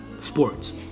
sports